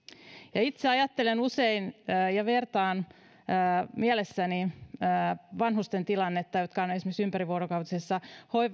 itse usein mielessäni vertaan vanhusten jotka ovat esimerkiksi ympärivuorokautisessa